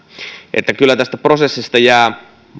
kyllä tästä prosessista jää